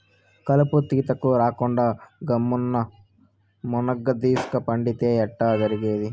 కలుపు తీతకు రాకుండా గమ్మున్న మున్గదీస్క పండితే ఎట్టా జరిగేది